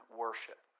worship